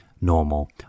normal